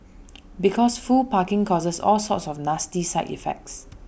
because full parking causes all sorts of nasty side effects